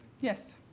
Yes